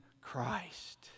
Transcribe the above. Christ